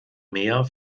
mär